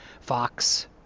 fox